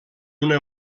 una